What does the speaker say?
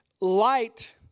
light